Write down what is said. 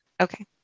okay